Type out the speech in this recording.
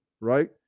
right